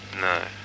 No